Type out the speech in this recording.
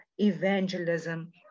evangelism